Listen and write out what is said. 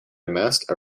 amassed